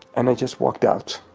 and i just walked out,